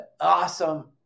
awesome